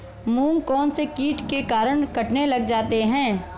मूंग कौनसे कीट के कारण कटने लग जाते हैं?